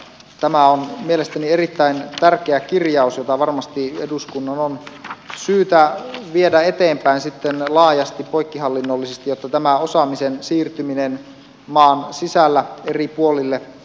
tämä on mielestäni erittäin tärkeä kirjaus jota varmasti eduskunnan on syytä viedä eteenpäin laajasti poikkihallinnollisesti jotta tämä osaamisen siirtyminen maan sisällä eri puolille tapahtuu